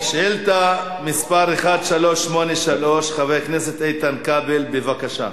שאילתא מס' 1383, חבר הכנסת איתן כבל, בבקשה.